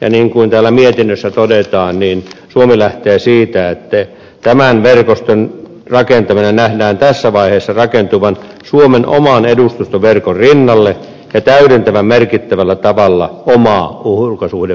niin kuin täällä mietinnössä todetaan suomi lähtee siitä että tämän verkoston rakentaminen nähdään tässä vaiheessa rakentuvan suomen oman edustustoverkon rinnalle ja täydentävän merkittävällä tavalla omaa ulkosuhdehallintoamme